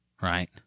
right